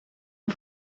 een